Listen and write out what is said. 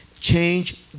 Change